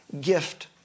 gift